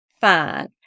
fine